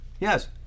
Yes